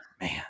man